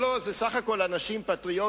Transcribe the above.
בסך הכול אלה אנשים פטריוטים,